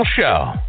show